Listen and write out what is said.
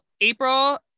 April